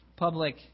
Public